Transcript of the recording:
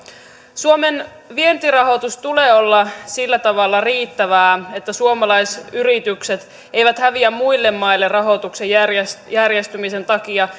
suomen vientirahoituksen tulee olla sillä tavalla riittävää että suomalaisyritykset eivät häviä muille maille rahoituksen järjestymisen järjestymisen takia